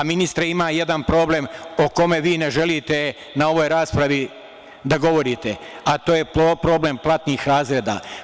Ministre, ima jedan problem o kome vi ne želite na ovoj raspravi da govorite, a to je problem platnih razreda.